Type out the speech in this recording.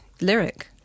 lyric